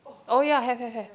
oh ya have have have